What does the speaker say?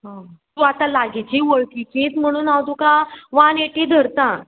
आं तूं आतां लागींची वळखीचीच म्हणून हांव तुका वन एटी धरतां